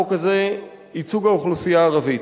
ייצוג האוכלוסייה הערבית.